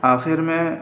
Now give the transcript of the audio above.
آخر میں